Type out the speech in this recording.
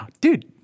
dude